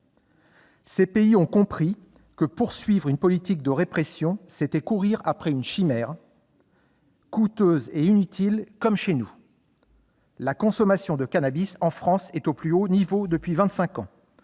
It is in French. Tous ont compris que poursuivre une politique de répression, c'était courir après une chimère, coûteuse et inutile, comme nous le faisons ici. La consommation de cannabis en France est au plus haut niveau depuis